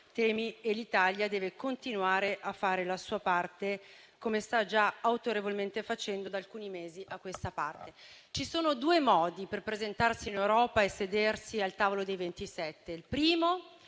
temi e l'Italia deve continuare a fare la sua parte, come sta già autorevolmente facendo da alcuni mesi. Ci sono due modi per presentarsi in Europa e sedersi al tavolo dei ventisette: